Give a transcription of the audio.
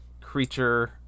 creature